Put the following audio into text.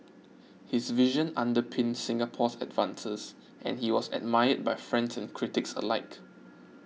his vision underpinned Singapore's advances and he was admired by friends and critics alike